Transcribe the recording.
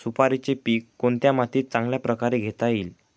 सुपारीचे पीक कोणत्या मातीत चांगल्या प्रकारे घेता येईल?